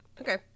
Okay